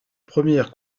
première